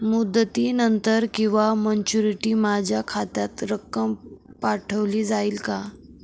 मुदतीनंतर किंवा मॅच्युरिटी माझ्या खात्यात रक्कम पाठवली जाईल का?